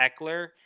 Eckler